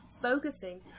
focusing